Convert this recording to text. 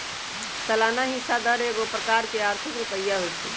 सलाना हिस्सा दर एगो प्रकार के आर्थिक रुपइया होइ छइ